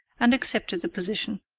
and accepted the position.